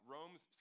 Rome's